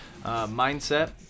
mindset